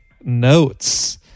Notes